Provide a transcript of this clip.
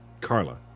Carla